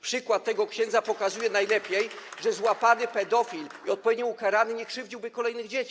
Przykład tego księdza pokazuje najlepiej, że złapany i odpowiednio ukarany pedofil nie krzywdziłby kolejnych dzieci.